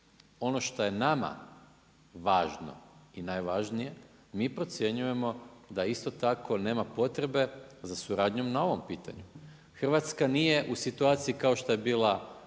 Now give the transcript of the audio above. ono što je nama važno i najvažnije, mi procjenjujemo da isto tako nema potrebe za suradnjom na ovom pitanju. Hrvatska nije u situaciji kao što je bila